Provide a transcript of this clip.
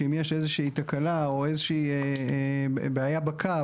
שאם יש איזה שהיא תקלה או איזה שהיא בעיה בקו,